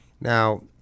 Now